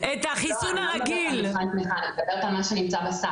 למנוע חסמים יחד עם משרד הבריאות.